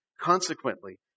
Consequently